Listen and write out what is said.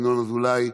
ינון אזולאי,